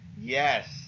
Yes